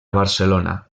barcelona